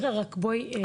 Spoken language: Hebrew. נירה, רק בואי רק בקצרה.